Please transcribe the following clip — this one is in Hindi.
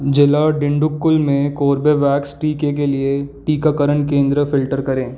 ज़िला डिंडुक्कुल में कोर्बेवैक्स टीके के लिए टीकाकरण केंद्र फ़िल्टर करें